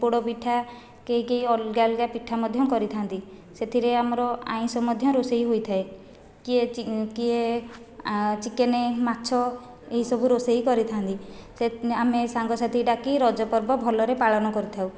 ପୋଡ଼ପିଠା କେହି କେହି ଅଲଗା ଅଲଗା ପିଠା ମଧ୍ୟ କରିଥାନ୍ତି ସେଥିରେ ଆମର ଆଇଁଷ ମଧ୍ୟ ରୋଷେଇ ହୋଇଥାଏ କିଏ କିଏ ଚିକେନ ମାଛ ଏହିସବୁ ରୋଷେଇ କରିଥାନ୍ତି ଆମେ ସାଙ୍ଗସାଥି ଡାକି ରଜ ପର୍ବ ଭଲରେ ପାଳନ କରିଥାଉ